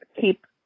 keep